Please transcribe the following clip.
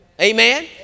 amen